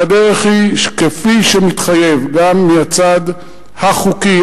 והדרך היא שכפי שמתחייב גם מהצד החוקי,